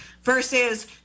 Versus